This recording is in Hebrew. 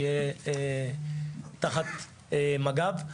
שיהיה תחת מג"ב.